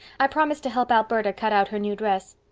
i promised to help alberta cut out her new dress.